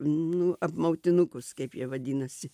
nu apmautinukus kaip jie vadinasi